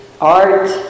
art